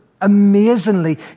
amazingly